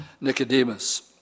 Nicodemus